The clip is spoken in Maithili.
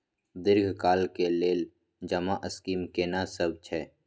दीर्घ काल के लेल जमा स्कीम केना सब छै?